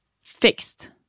fixed